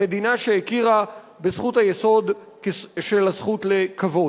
במדינה שהכירה בזכות היסוד של הזכות לכבוד.